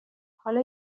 حالا